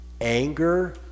anger